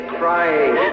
crying